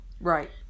Right